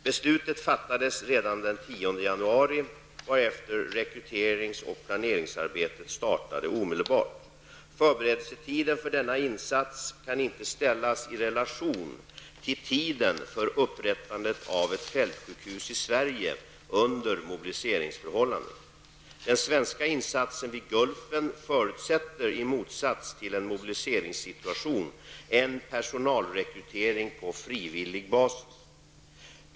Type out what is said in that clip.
Beslutet fattades redan den 10 januari, varefter rekryterings och planeringsarbetet startade omedelbart. Förberedelsetiden för denna insats kan inte ställas i relation till tiden för upprättandet av ett fältsjukhus i Sverige under mobiliseringsförhållanden. Den svenska insatsen vid Gulfen förutsätter i motsats till en mobiliseringssituation en personalrekrytering på frivillig basis.